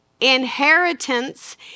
inheritance